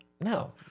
no